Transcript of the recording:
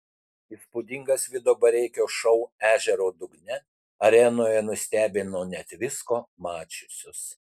įspūdingas vido bareikio šou ežero dugne arenoje nustebino net visko mačiusius